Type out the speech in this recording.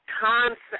Concept